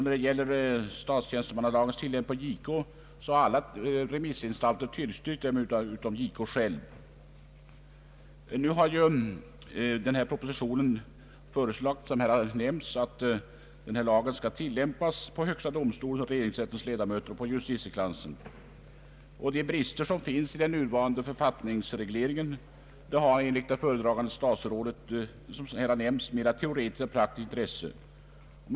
När det gäller stats tjänstemannalagens tillämpning på JK har alla remissinstanser tillstyrkt detta utom JK själv. I propositionen föreslås som här har nämnts att lagen skall tillämpas på högsta domstolens och regeringsrättens ledamöter och på justitiekanslern. De brister som finns i den nuvarande författningsregleringen har enligt det föredragande statsrådet mera teoretiskt än praktiskt intresse.